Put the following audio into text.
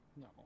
No